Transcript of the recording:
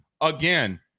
Again